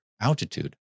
altitude